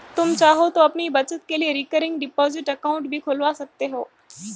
तुम चाहो तो अपनी बचत के लिए रिकरिंग डिपॉजिट अकाउंट भी खुलवा सकते हो